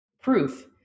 proof